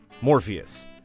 Morpheus